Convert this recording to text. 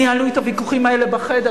ניהלנו את הוויכוחים האלה בחדר,